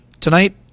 Tonight